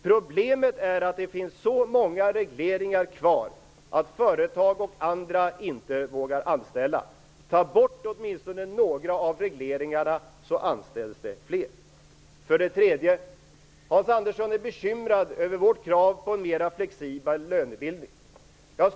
Problemet är att det finns kvar så många regleringar att företag inte vågar anställa. Ta bort åtminstone några av regleringarna så anställs det flera. För det tredje är Hans Andersson bekymrad över vårt krav på en mera flexibel lönebildning.